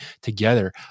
together